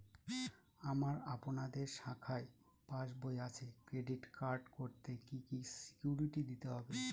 আমার আপনাদের শাখায় পাসবই আছে ক্রেডিট কার্ড করতে কি কি সিকিউরিটি দিতে হবে?